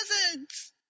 presents